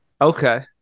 Okay